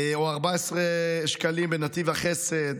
14 שקלים בנתיב החסד